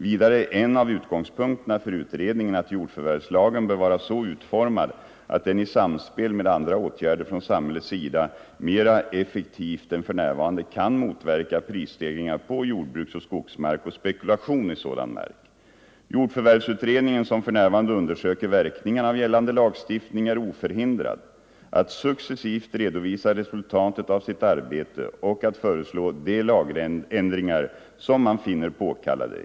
Vidare är en av utgångspunkterna för utredningen att jordförvärvslagen bör vara så utformad att den i samspel med andra åtgärder från samhällets sida mera effektivt än för närvarande kan motverka prisstegringar på jordbruksoch skogsmark och spekulation i sådan mark. Jordförvärvsutredningen, som för närvarande undersöker verkningarna av gällande lagstiftning, är oförhindrad att successivt redovisa resultatet av sitt arbete och att föreslå de lagändringar som man anser påkallade.